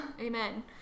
amen